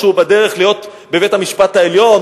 שהוא בדרך לבית-המשפט העליון,